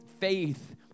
faith